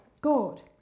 God